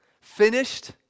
finished